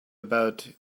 about